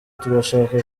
turashaka